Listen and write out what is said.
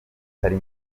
utari